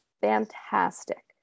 fantastic